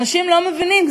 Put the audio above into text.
אנשים לא מבינים,